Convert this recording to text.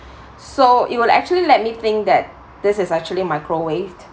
so it will actually let me think that this is actually microwaved